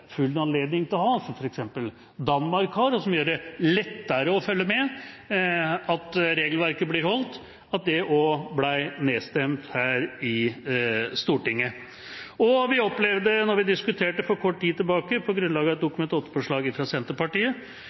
full anledning til å ha, som f.eks. Danmark har, og som gjør det lettere å følge med på at regelverket blir holdt, at det også ble nedstemt her i Stortinget. Og vi opplevde da vi diskuterte for kort tid tilbake på grunnlag av et Dokument 8-forslag fra Senterpartiet